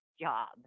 job